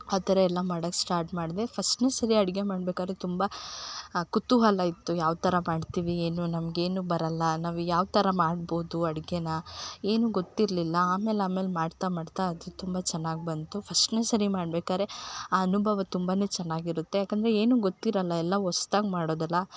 ಆ ಥರ ಎಲ್ಲ ಮಾಡೋಕ್ ಸ್ಟಾರ್ಟ್ ಮಾಡಿದೆ ಫಸ್ಟ್ನೇ ಸರಿ ಅಡುಗೆ ಮಾಡ್ಬೇಕಾದ್ರೆ ತುಂಬ ಕುತೂಹಲ ಇತ್ತು ಯಾವ್ತರ ಮಾಡ್ತಿವಿ ಏನು ನಮಗೆ ಏನು ಬರೋಲ್ಲ ನಾವು ಯಾವ್ತರ ಮಾಡ್ಬೌದು ಅಡ್ಗೆ ಏನು ಗೊತ್ತಿರಲಿಲ್ಲ ಆಮೇಲೆ ಆಮೇಲೆ ಮಾಡ್ತಾ ಮಾಡ್ತಾ ಅಡ್ಗೆ ತುಂಬ ಚೆನ್ನಾಗ್ ಬಂತು ಫಸ್ಟ್ನೇ ಸರಿ ಮಾಡ್ಬೇಕಾದ್ರೆ ಆ ಅನುಭವ ತುಂಬಾ ಚೆನ್ನಾಗಿರುತ್ತೆ ಯಾಕಂದರೆ ಏನು ಗೊತ್ತಿರೋಲ್ಲ ಎಲ್ಲ ಹೊಸ್ತಾಗ್ ಮಾಡೋದಲ್ಲ